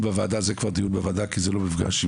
זה כבר דיון בוועדה כי זה לא מפגש,